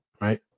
Right